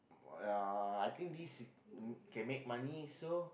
uh I think these mm can make money so